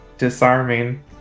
disarming